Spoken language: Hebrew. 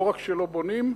לא רק שלא בונים,